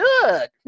good